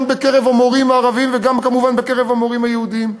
גם בקרב המורים הערבים וגם כמובן בקרב המורים היהודים.